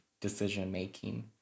decision-making